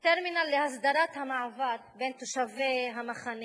טרמינל להסדרת המעבר בין תושבי המחנה